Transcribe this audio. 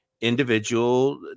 individual